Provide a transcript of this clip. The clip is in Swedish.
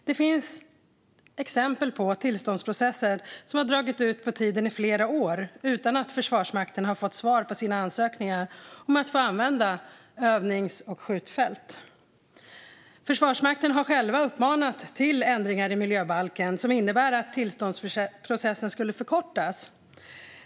Det finns exempel på tillståndsprocesser som har dragit ut på tiden i flera år utan att Försvarsmakten har fått svar på sina ansökningar om att få använda övnings och skjutfält. Försvarsmakten har själv uppmanat till ändringar i miljöbalken som innebär att tillståndsprocessen skulle förkortas.